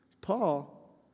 Paul